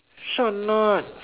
sure or not